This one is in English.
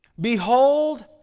behold